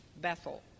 bethel